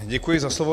Děkuji za slovo.